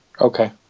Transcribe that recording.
Okay